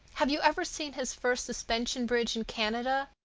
have you ever seen his first suspension bridge in canada,